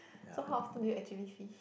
so how often do you actually fish